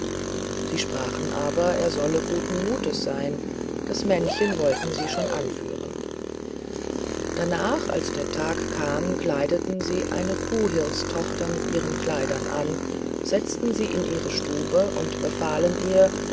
sie sprachen aber er solle gutes muths seyn das männchen wollten sie schon anführen darnach als der tag kam kleideten sie eine kuhhirtstochter mit ihren kleidern an setzten sie in ihre stube und befahlen ihr